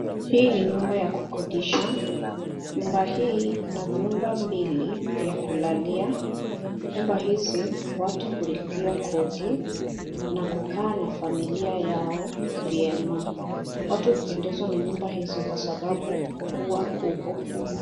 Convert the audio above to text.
Hii ni nyumba ya kukodisha. Nyumba hii ina vyumba mbili vya kulalia . Nyumba hizi watu hulipia kodi na kukaa na familia yao vyema. Watu hupendezwa na nyumba hizi kwa sababu huwa kubwa.